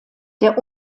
der